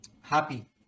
happy